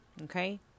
Okay